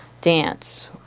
Dance